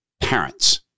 parents